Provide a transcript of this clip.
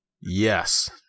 Yes